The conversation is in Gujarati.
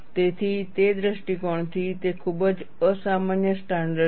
તેથી તે દૃષ્ટિકોણથી તે ખૂબ જ અસામાન્ય સ્ટાન્ડર્ડ છે